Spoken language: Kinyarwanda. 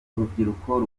urubyiruko